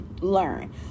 learn